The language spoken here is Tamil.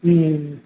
ம் ம் ம்